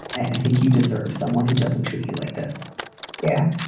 i think you deserve someone who doesn't treat you like this yeah.